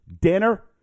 dinner